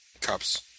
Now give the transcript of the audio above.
cups